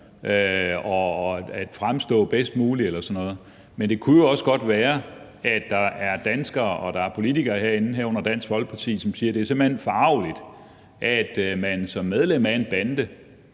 og at fremstå bedst muligt eller sådan noget. Men det kunne jo også godt være, at der er danskere og politikere herinde, herunder i Dansk Folkeparti, som siger, at det simpelt hen er forargeligt, at man som medlem af en bande,